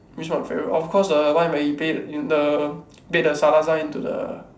which part my favourite of course the one where he play the bait the Salazar into the